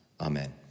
Amen